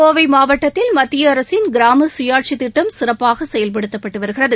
கோவை மாவட்டத்தில் மத்திய அரசின் கிராம சுயாட்சி திட்டம் சிறப்பாக செயல்படுத்தப்பட்டு வருகிறது